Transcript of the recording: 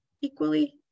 equally